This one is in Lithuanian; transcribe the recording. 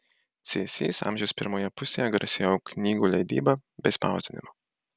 cėsys amžiaus pirmoje pusėje garsėjo knygų leidyba bei spausdinimu